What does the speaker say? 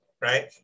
right